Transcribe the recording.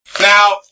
Now